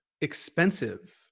expensive